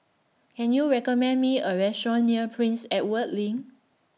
Can YOU recommend Me A Restaurant near Prince Edward LINK